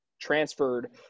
transferred